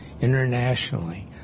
Internationally